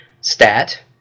stat